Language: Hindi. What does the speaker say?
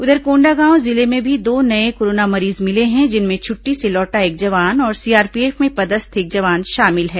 उधर कोंडागांव जिले में भी दो नये कोरोना मरीज मिले हैं जिनमें छुट्टी से लौटा एक जवान और सीआरपीएफ में पदस्थ एक जवानजवान शामिल है